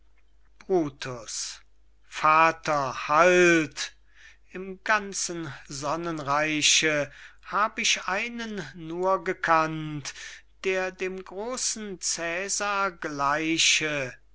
brutus vater halt im ganzen sonnenreiche hab ich einen nur gekannt der dem großen cäsar gleiche